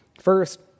first